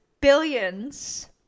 billions